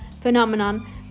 phenomenon